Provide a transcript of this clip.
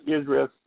Israel